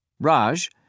Raj